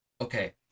Okay